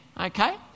okay